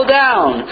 down